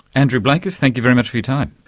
andrew blakers, thank you very much for your time.